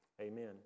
amen